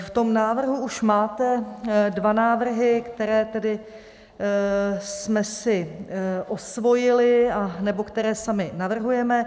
V tom návrhu už máte dva návrhy, které jsme si osvojili nebo které sami navrhujeme.